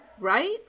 right